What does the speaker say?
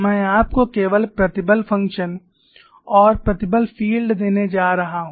मैं आपको केवल प्रतिबल function और प्रतिबल फील्ड देने जा रहा हूं